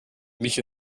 mich